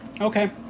Okay